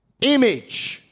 image